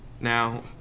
Now